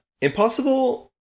Impossible